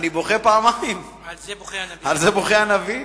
על זה בוכה הנביא.